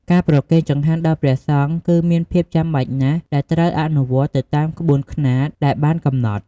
ការប្រគេនចង្ហាន់ដល់ព្រះសង្ឃគឺមានភាពចាំបាច់ណាស់ដែលត្រូវអនុវត្តន៍ទៅតាមក្បួនខ្នាតដែលបានកំណត់។